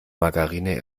margarine